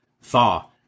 far